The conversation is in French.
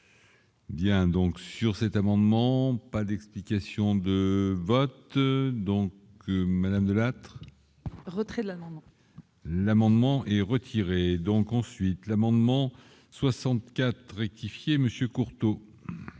Bien donc sur cet amendement, pas d'explication de vote donc que Madame De Lattre, retrait de l'amendement est retirée donc ensuite l'amendement 64 rectifier monsieur Courteau.